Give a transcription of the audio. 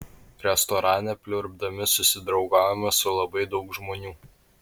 restorane pliurpdami susidraugavome su labai daug žmonių